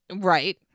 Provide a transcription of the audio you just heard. Right